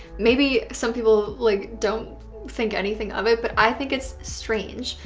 maybe some people like don't think anything of it but i think it's strange.